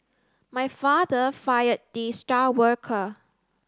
my father fired the star worker